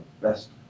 best